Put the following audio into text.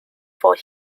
for